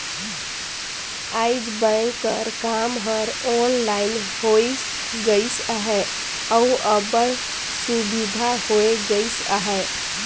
आएज बेंक कर काम हर ऑनलाइन होए गइस अहे अउ अब्बड़ सुबिधा होए गइस अहे